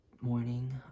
morning